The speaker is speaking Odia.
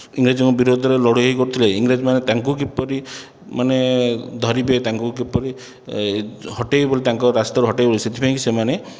ଇଂରେଜଙ୍କ ବିରୋଧରେ ଲଢ଼େଇ କରୁଥିଲେ ଇଂରେଜମାନେ ତାଙ୍କୁ କିପରି ମାନେ ଧରିବେ ତାଙ୍କୁ କିପରି ହଟେଇବେ ବୋଲି ତାଙ୍କ ରାସ୍ତାରୁ ହଟେଇବେ ବୋଲି ସେଥିପାଇଁକି ସେମାନେ